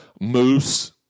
Moose